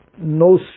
no